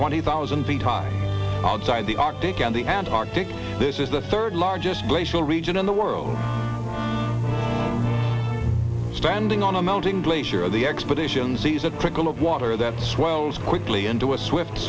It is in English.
twenty thousand feet high outside the arctic and the antarctic this is the third largest glacial region in the world standing on a mounting glacier the expedition sees a trickle of water that swells quickly into a swift